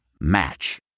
Match